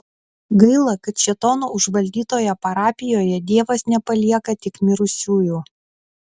gaila kad šėtono užvaldytoje parapijoje dievas nepalieka tik mirusiųjų